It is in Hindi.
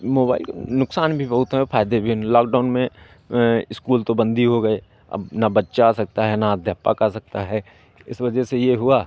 इस मोबाइल के नुकसान भी बहुत हैं और फ़ायदे भी लॉकडाउन में इस्कूल तो बंद ही हो गए अब ना बच्चा आ सकता है ना अध्यापक आ सकता है इस वजह से ये हुआ